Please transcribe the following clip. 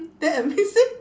then the man say